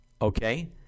okay